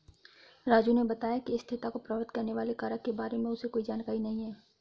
राजू ने बताया कि स्थिरता को प्रभावित करने वाले कारक के बारे में उसे कोई जानकारी नहीं है